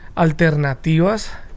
alternativas